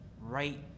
right